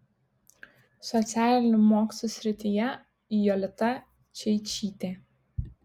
socialinių mokslų srityje jolita čeičytė